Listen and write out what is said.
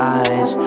eyes